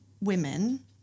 women